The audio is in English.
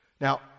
Now